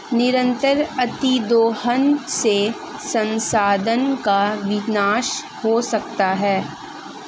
निरंतर अतिदोहन से संसाधन का विनाश हो सकता है